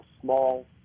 small